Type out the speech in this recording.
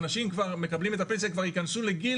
האנשים שמקבלים את הפנסיה כבר ייכנסו לגיל